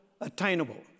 attainable